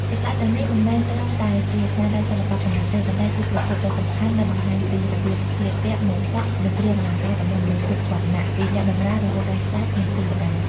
ចម្លាក់ទាំងនេះមិនមែនត្រឹមតែជាស្នាដៃសិល្បៈប៉ុណ្ណោះទេ ប៉ុន្តែជាប្រភពដ៏សំខាន់ដែលបង្ហាញពី របៀបស្លៀកពាក់ ម៉ូដសក់ និងគ្រឿងអលង្ការ របស់មនុស្សគ្រប់វណ្ណៈ ពីអ្នកបម្រើរហូតដល់ស្តេច និងទេវតា។